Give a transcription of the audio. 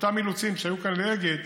ואותם אילוצים שהיו כאן לאגד,